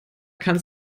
kann